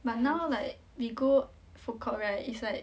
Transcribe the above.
but now like we foodcourt right is like